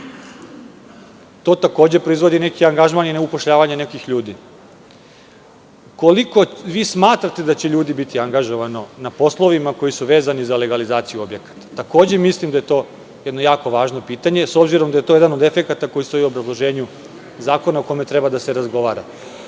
To takođe proizvodi neki angažman na upošljavanju nekih ljudi. Koliko vi smatrate da će ljudi biti angažovano na poslovima koji su vezani za legalizaciju objekata? Takođe mislim da je to jedno jako važno pitanje, s obzirom da je to jedan od efekata koji stoji u obrazloženju zakona o kome treba da se razgovara. Pored